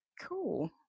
Cool